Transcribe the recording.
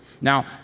Now